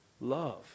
Love